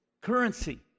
currency